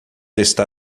está